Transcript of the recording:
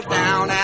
down